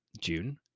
June